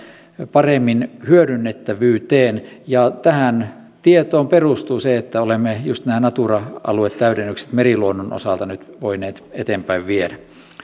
paremmin hyödynnettävyyteen ja tähän tietoon perustuu se että olemme juuri nämä natura aluetäydennykset meriluonnon osalta nyt voineet eteenpäin viedä